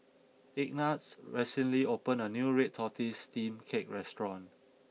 Ignatz recently opened a new Red Tortoise Steamed Cake restaurant